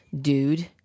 Dude